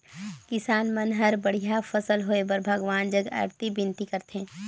किसान मन हर बड़िया फसल होए बर भगवान जग अरती बिनती करथे